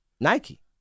Nike